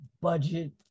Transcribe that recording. budget